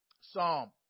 psalm